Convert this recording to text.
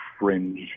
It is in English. fringe